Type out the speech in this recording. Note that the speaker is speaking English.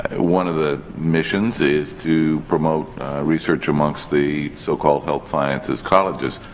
one of the missions is to promote research amongst the so called health sciences colleges.